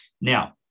Now